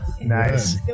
Nice